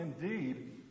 indeed